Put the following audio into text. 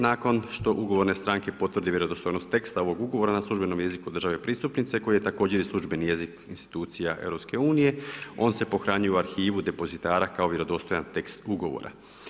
Nakon što ugovorne stranke potvrde vjerodostojnost teksta ovog Ugovora na službenom jeziku državne pristupnice koji je također i službeni jezik institucija Europske nije, on se pohranjuje u arhivu depozitara kao vjerodostojan tekst ugovora.